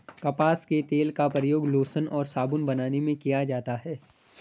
कपास के तेल का प्रयोग लोशन और साबुन बनाने में किया जाता है